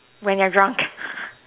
when you're drunk